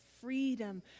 freedom